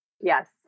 Yes